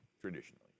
traditionally